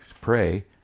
pray